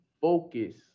focus